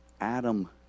Adam